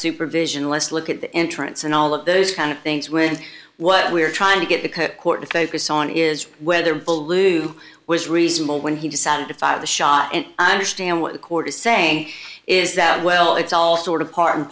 supervision let's look at the entrance and all of those kind of things when what we're trying to get the court to focus on is whether ballou was reasonable when he decided to fire the shot and i understand what the court is saying is that well it's all sort of part and